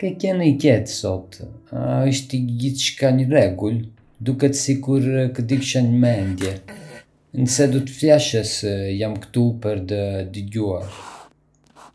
Ke qenë i qetë sot... a është gjithçka në rregull? Duket sikur ke diçka në mendje. Nëse do të flasësh, jam këtu për të dëgjuar.